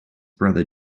brother